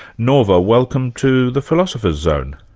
norva, welcome to the philosopher's zone.